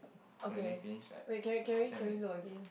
okay wait can we can we can we load again